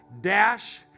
dash